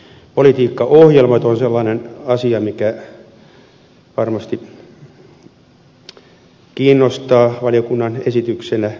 politiikkaohjelmat ovat sellainen asia mikä varmasti kiinnostaa valiokunnan esityksenä